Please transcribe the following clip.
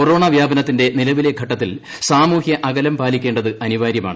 corona വ്യാപനത്തിന്റെ നിലവിലെ ഘട്ടത്തിൽ സാമൂഹ്യ അകലം പാലിക്കേണ്ടത് അനിവാര്യമാണ്